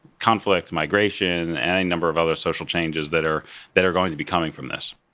conflict migration, and any number of other social changes that are that are going to be coming from this.